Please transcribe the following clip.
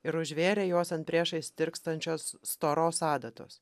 ir užvėrė juos ant priešais tirpstančios storos adatos